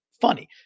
funny